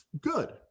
good